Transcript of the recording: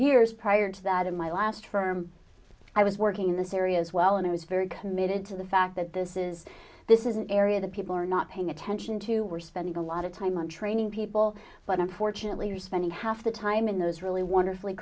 years prior to that in my last term i was working in the syria as well and i was very committed to the fact that this is this is an area that people are not paying attention to we're spending a lot of time on training people but unfortunately we're spending half the time in those really wonderfully